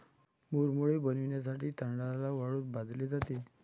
मुरमुरे बनविण्यासाठी तांदळाला वाळूत भाजले जाते